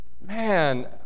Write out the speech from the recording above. man